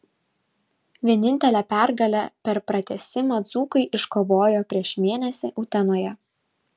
vienintelę pergalę per pratęsimą dzūkai iškovojo prieš mėnesį utenoje